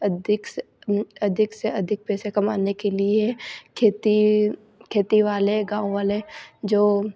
अधिक से अधिक से अधिक पैसे कमाने के लिए खेती खेती वाले गाँववाले जो